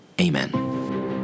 Amen